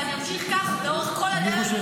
ואני אמשיך כך לאורך כל הדרך,